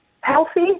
Healthy